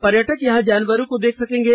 पर्यटक यहां जानवरों को देख सकेंगे